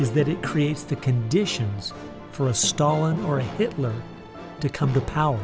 is that it creates the conditions for a stalin or hitler to come to power